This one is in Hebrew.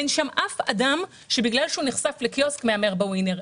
אין שם אף אדם שבגלל שהוא נחשף לקיוסק הוא מהמר בווינר.